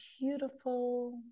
beautiful